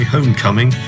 Homecoming